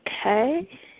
Okay